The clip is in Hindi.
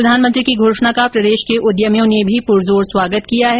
प्रधानमंत्री की घोषणा का प्रदेश को उद्यमियों ने भी पुरजोर स्वागत किया है